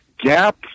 gap